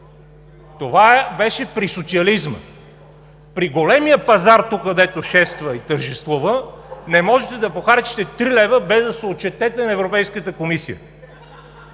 Това беше при социализма. При големия пазар тук, който шества и тържествува, не можете да похарчите 3 лв., без да се отчетете на Европейската комисия.